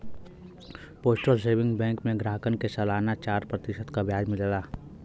postal saving bank में ग्राहकन के सलाना चार प्रतिशत क ब्याज मिलला